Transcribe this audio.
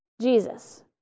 Jesus